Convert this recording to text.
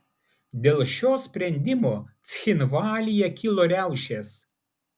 dėl šio sprendimo cchinvalyje kilo riaušės